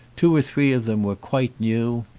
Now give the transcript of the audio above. two or three of them were quite new,